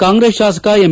ಕಾಂಗ್ರೆಸ್ ಶಾಸಕ ಎಂ